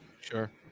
sure